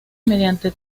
mediante